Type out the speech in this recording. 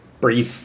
brief